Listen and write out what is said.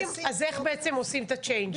אז איך בעצם עושים את הצ'יינג'ים.